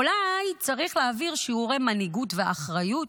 אולי צריך להעביר שיעורי מנהיגות ואחריות